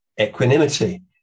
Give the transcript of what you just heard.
equanimity